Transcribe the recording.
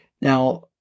Now